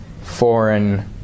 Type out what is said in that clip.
foreign